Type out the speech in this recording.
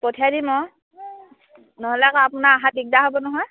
পঠিয়াই দিম আৰু নহ'লে আকৌ আপোনাৰ অহাত দিগদাৰ হ'ব নহয়